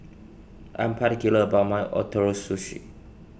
I am particular about my Ootoro Sushi